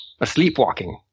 asleepwalking